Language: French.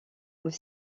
aux